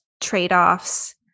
trade-offs